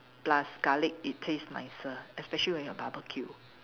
plus garlic it taste nicer especially when you barbecue